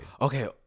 okay